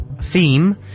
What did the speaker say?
theme